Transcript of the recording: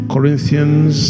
Corinthians